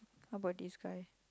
how about this guy